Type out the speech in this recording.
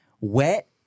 wet